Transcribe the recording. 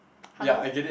hello